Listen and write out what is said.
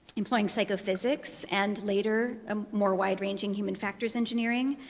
employing psychophysics, and, later, a more wide-ranging human-factors engineering.